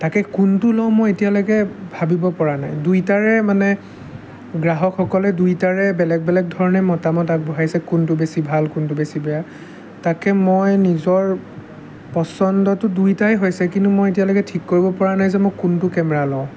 তাকে কোনটো লওঁ মই এতিয়ালৈকে ভাবিব পৰা নাই দুইটাৰে মানে গ্ৰাহকসকলে দুইটাৰে বেলেগ বেলেগ ধৰণে মতামত আগবঢ়াইছে কোনটো বেছি ভাল কোনটো বেছি বেয়া তাকে মই নিজৰ পচন্দটো দুইটাই হৈছে কিন্তু মই এতিয়ালৈকে ঠিক কৰিব পৰা নাই যে মই কোনটো কেমেৰা লওঁ